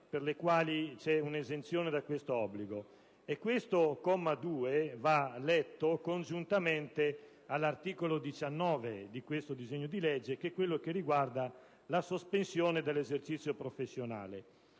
per le quali c'è un'esenzione da questo obbligo. Il suddetto comma 2 va letto congiuntamente all'articolo 19 di questo disegno di legge, che riguarda la sospensione dell'esercizio professionale.